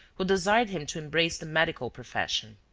who desired him to embrace the medical profession.